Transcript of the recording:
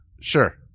Sure